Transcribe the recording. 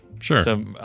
sure